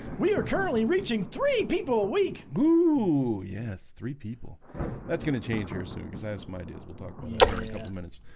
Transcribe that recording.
we are currently reaching three people a week, ooh yes, three people that's gonna change here soon, because i have some ideas. we'll talk about here in couple minutes